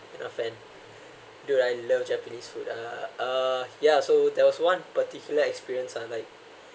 you're not a fan dude I love japanese food uh uh yeah so there was one particular experience uh like